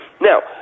Now